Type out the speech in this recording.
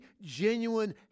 genuine